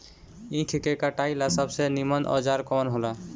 ईख के कटाई ला सबसे नीमन औजार कवन होई?